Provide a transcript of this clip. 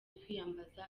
kwiyambaza